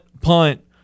punt